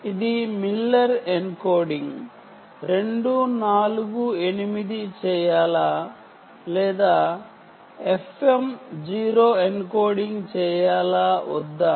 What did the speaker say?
అది Miller encoding 2 4 8 చేయాలా లేదా FM 0 ఎన్కోడింగ్ చేయాలా వద్దా